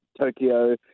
Tokyo